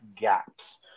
gaps